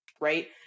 right